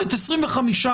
אבל אם אפשר אדוני, משפט קטן.